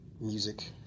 music